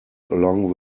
along